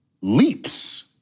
leaps